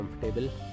comfortable